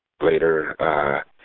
later